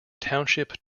township